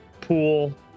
pool